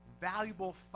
valuable